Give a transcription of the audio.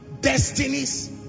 destinies